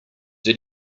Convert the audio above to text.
did